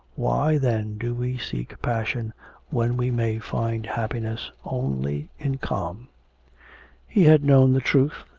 why then do we seek passion when we may find happiness only in calm he had known the truth,